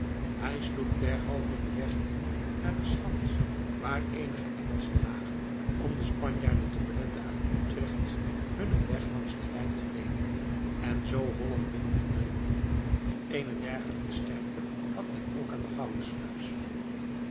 hij sloeg derhalve den weg in naar de schans waarin eenige engelschen lagen om den spanjaarden te beletten uit utrecht hunnen weg langs den rijn te nemen en zoo holland binnen te dringen eene dergelijke sterkte had men ook aan de